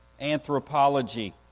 anthropology